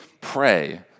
pray